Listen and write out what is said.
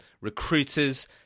recruiters